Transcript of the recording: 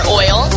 oil